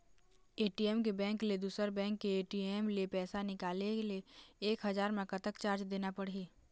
ATM के bank ले दुसर बैंक के ए.टी.एम ले पैसा निकाले ले एक हजार मा कतक चार्ज देना पड़ही?